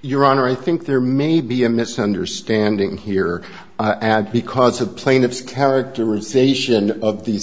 your honor i think there may be a misunderstanding here because of plaintiff's characterization of the